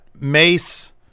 Mace